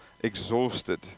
exhausted